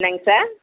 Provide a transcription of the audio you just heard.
என்னங்க சார்